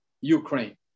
Ukraine